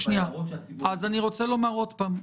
אני אומר שוב,